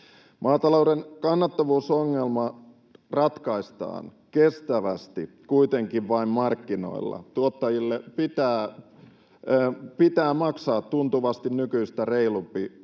Maatalouden kannattavuusongelma ratkaistaan kestävästi kuitenkin vain markkinoilla. Tuottajille pitää maksaa tuntuvasti nykyistä reilumpi